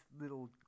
little